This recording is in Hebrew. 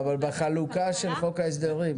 אבל בחלוקה של חוק ההסדרים.